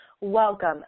welcome